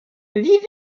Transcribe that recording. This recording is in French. vivaient